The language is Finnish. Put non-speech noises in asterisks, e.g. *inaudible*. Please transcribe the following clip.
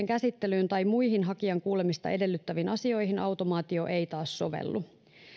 *unintelligible* käsittelyyn tai muihin hakijan kuulemista edellyttäviin asioihin automaatio ei taas sovellu